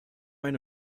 eine